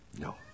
No